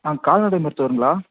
ஆ கால்நடை மருத்துவருங்களா